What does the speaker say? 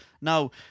now